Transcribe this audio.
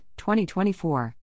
2024